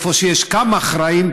איפה שיש כמה אחראים,